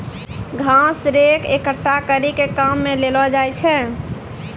घास रेक एकठ्ठा करी के काम मे लैलो जाय छै